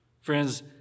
Friends